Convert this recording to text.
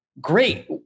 great